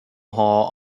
hall